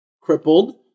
crippled